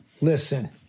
Listen